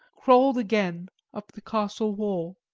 crawled again up the castle wall.